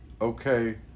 Okay